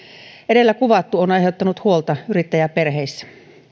edellä kuvattu on aiheuttanut huolta yrittäjäperheissä